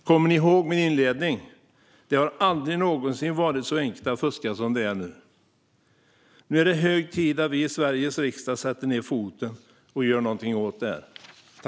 Kommer ni ihåg min inledning? Det har aldrig någonsin varit så enkelt att fuska som det är nu. Det är hög tid att vi i Sveriges riksdag sätter ned foten och gör något åt detta.